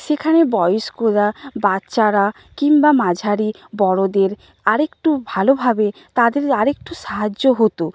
সেখানে বয়স্করা বাচ্চারা কিংবা মাঝারি বড়োদের আর একটু ভালোভাবে তাদের আর একটু সাহায্য হতো